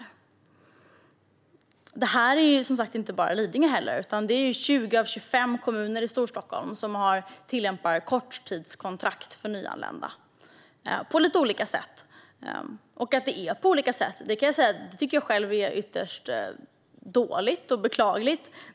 Det är som sagt inte bara Lidingö, utan det är 20 av 25 kommuner i Storstockholm som tillämpar korttidskontrakt för nyanlända, på lite olika sätt. Att det är på olika sätt tycker jag själv är ytterst dåligt och beklagligt.